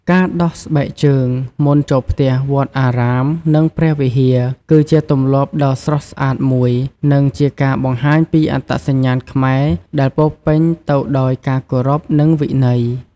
ការដោះស្បែកជើងមុនចូលផ្ទះ វត្តអារាម និងព្រះវិហារ គឺជាទម្លាប់ដ៏ស្រស់ស្អាតមួយ និងជាការបង្ហាញពីអត្តសញ្ញាណខ្មែរដែលពោរពេញទៅដោយការគោរព និងវិន័យ។